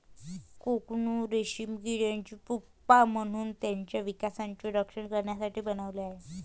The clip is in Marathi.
कोकून रेशीम किड्याने प्युपा म्हणून त्याच्या विकासाचे रक्षण करण्यासाठी बनवले आहे